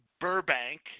Burbank